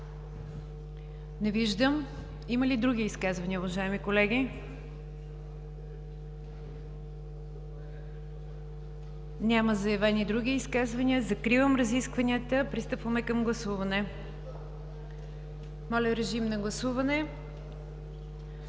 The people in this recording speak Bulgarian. Не виждам. Има ли други изказвания, уважаеми колеги? Няма заявени други изказвания. Закривам разискванията. Пристъпваме към гласуване. Първо гласуване